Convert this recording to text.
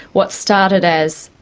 what started as,